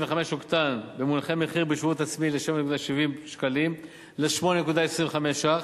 אוקטן במונחי מחיר בשירות עצמי מ-7.70 שקלים ל-8.25 ש"ח.